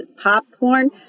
popcorn